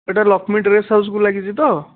ଏଟା ଲକ୍ଷ୍ମୀ ଡ୍ରେସ୍ ହାଉସ୍କୁ ଲାଗିଛି ତ